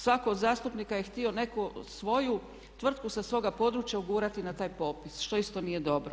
Svatko od zastupnika je htio neku svoju tvrtku sa svoga područja ugurati na taj popis što isto nije dobro.